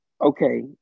okay